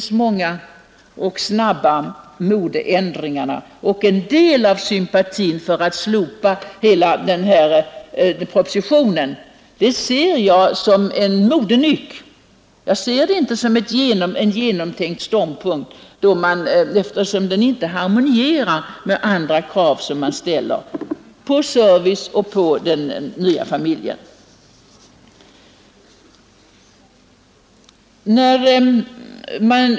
Modeändringarna är numera både många och snabba, och en del av sympatierna för att slopa hela denna proposition ser jag som en modenyck, inte som en genomtänkt ståndpunkt eftersom den inte harmonierar med andra framställda krav om service till familjen.